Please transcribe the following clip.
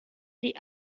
die